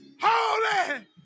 holy